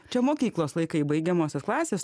čia mokyklos laikai baigiamosios klasės